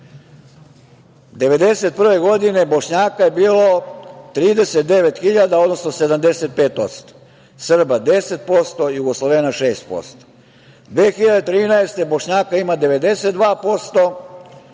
1991. godine Bošnjaka je bilo 39.000, odnosno 75%, Srba 10%, Jugoslovena 6%. Godine 2013. Bošnjaka ima 92%,